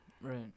Right